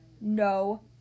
no